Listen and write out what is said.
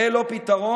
זה לא פתרון,